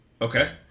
okay